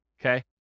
okay